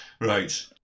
Right